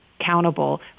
accountable